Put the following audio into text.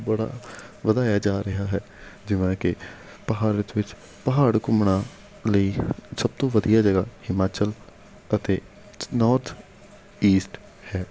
ਬੜਾ ਵਧਾਇਆ ਜਾ ਰਿਹਾ ਹੈ ਜਿਵੇਂ ਕਿ ਭਾਰਤ ਵਿੱਚ ਪਹਾੜ ਘੁੰਮਣ ਲਈ ਸਭ ਤੋਂ ਵਧੀਆ ਜਗ੍ਹਾ ਹਿਮਾਚਲ ਅਤੇ ਨੌਰਥ ਈਸਟ ਹੈ